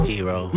Hero